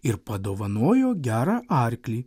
ir padovanojo gerą arklį